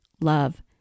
love